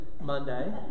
Monday